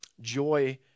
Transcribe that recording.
Joy